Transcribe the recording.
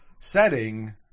setting